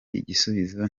igisubizo